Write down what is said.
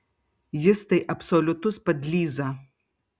jis tai absoliutus padlyza